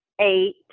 eight